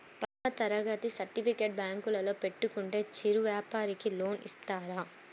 పదవ తరగతి సర్టిఫికేట్ బ్యాంకులో పెట్టుకుంటే చిరు వ్యాపారంకి లోన్ ఇస్తారా?